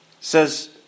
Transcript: says